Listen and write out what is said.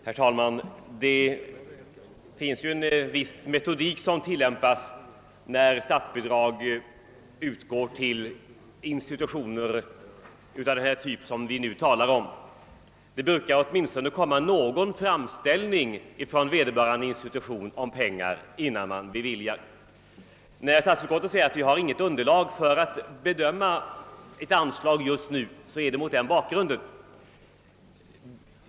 Herr talman! Det brukar tillämpas en viss metodik vid beviljandet av statsbidrag till institutioner av den typ som vi nu talar om. Det brukar åtminstone föreligga någon framställning från vederbörande institution om erhållande av medel för verksamheten i fråga innan statsbidrag beviljas. Statsutskottets uttalande att utskottet inte har något underlag för att bedöma ett anslag just nu har gjorts mot denna bakgrund.